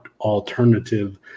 alternative